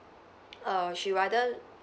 err she rather